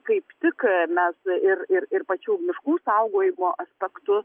kaip tik mes ir ir ir pačių miškų saugojimo aspektus